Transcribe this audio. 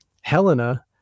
Helena